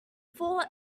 four